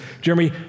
Jeremy